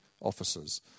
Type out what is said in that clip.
officers